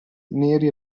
neri